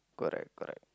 correct correct